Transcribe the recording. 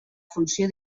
funció